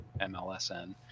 MLSN